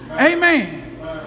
amen